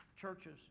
churches